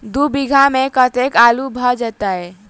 दु बीघा मे कतेक आलु भऽ जेतय?